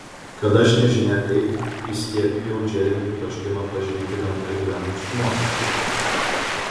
kad aš nežinia kaip įskiepijau džeremiui troškimą pažinti gamtoje gyvenančius žmones